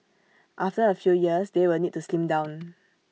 after A few years they will need to slim down